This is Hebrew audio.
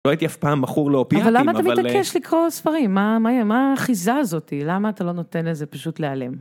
לא הייתי אף פעם מכור לאופיטים, אבל... אבל למה אתה מתעקש לקרוא ספרים? מה האחיזה הזאתי? למה אתה לא נותן לזה פשוט להיעלם?